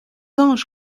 anges